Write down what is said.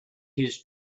his